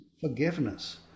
Forgiveness